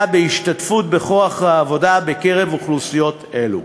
בהשתתפות בכוח העבודה בקרב אוכלוסיות אלו.